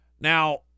Now